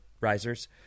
risers